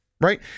Right